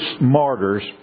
martyrs